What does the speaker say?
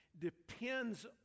depends